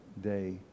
day